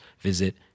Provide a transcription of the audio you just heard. visit